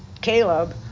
Caleb